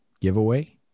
giveaway